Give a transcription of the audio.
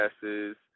passes